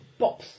bops